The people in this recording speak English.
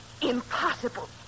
impossible